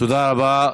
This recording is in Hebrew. תודה רבה.